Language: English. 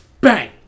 bang